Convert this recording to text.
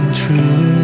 true